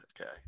Okay